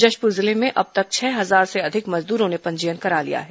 जशपूर जिले में अब तक छह हजार से अधिक मजदूरों ने पंजीयन करा लिया है